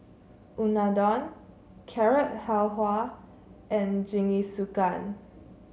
Unadon Carrot Halwa and Jingisukan